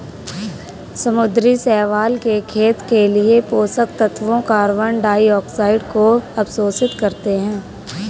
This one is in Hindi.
समुद्री शैवाल के खेत के लिए पोषक तत्वों कार्बन डाइऑक्साइड को अवशोषित करते है